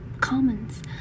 comments